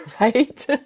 right